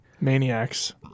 Maniacs